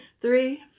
three